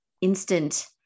instant